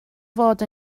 fod